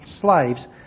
slaves